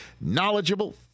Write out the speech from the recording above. knowledgeable